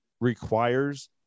requires